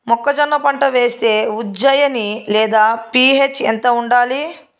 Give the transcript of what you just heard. మొక్కజొన్న పంట వేస్తే ఉజ్జయని లేదా పి.హెచ్ ఎంత ఉండాలి?